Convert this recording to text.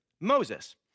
Moses